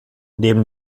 neben